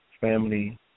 family